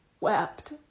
wept